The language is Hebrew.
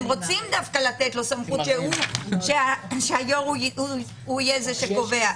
הם רוצים לתת לו סמכות שהיו"ר יהיה זה שקובע.